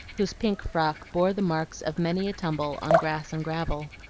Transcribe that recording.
whose pink frock bore the marks of many a tumble on grass and gravel.